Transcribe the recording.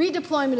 redeployment